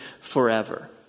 forever